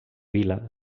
vila